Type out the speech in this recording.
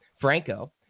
Franco